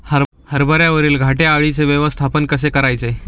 हरभऱ्यावरील घाटे अळीचे व्यवस्थापन कसे करायचे?